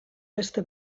beste